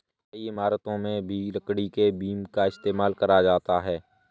कई इमारतों में भी लकड़ी के बीम का इस्तेमाल करा जाता है